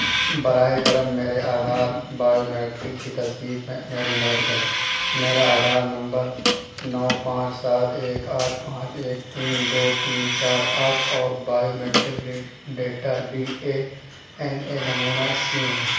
براہ کرم میرے آدھار بائیو میٹرک کی تصدیق میں میری مدد کریں میرا آدھار نمبر نو پانچ سات ایک آٹھ پانچ ایک تین دو تین چار آٹھ اور biometric data D N A نمونہ اسکین ہے